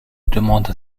demande